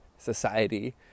Society